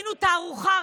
עשינו תערוכה,